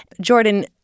Jordan